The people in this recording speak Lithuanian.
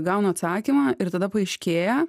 gaunu atsakymą ir tada paaiškėja